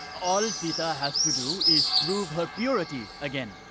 all sita has to do is prove her purity. again.